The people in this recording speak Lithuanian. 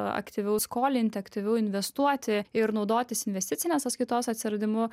aktyviau skolinti aktyviau investuoti ir naudotis investicinės sąskaitos atsiradimu